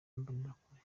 imbonerakure